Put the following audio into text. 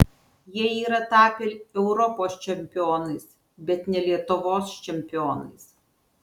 jie yra tapę europos čempionais bet ne lietuvos čempionais